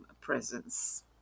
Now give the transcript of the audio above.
presence